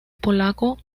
polaco